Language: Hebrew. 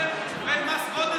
אני אומר דברים נכונים.